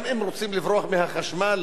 גם אם רוצים לברוח מהחשמל,